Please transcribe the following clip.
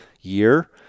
year